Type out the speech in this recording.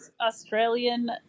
Australian